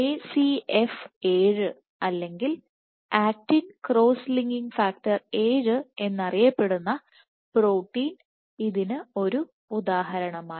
ACF 7 അല്ലെങ്കിൽ actin cross linking factor 7 എന്നറിയപ്പെടുന്ന protein ഇതിന് ഒരു ഉദാഹരണമാണ്